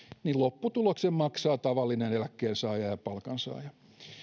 niin lopputuloksen maksaa tavallinen eläkkeensaaja ja palkansaaja